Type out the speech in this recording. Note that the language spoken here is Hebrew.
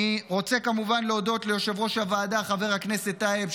אני רוצה כמובן להודות ליושב-ראש הוועדה חבר הכנסת טייב,